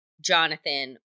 Jonathan